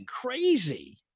crazy